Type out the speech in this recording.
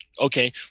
Okay